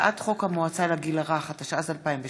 הצעת חוק המועצה לגיל הרך, התשע"ז 2017,